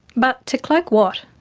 but to cloak what,